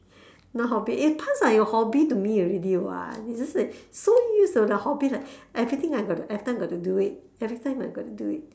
not hobby eh it turns like a hobby to me already what it's just that so used to the hobby like everything I got to every time I got to do it every time I got to do it